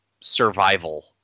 survival